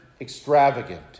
extravagant